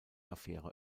affäre